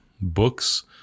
books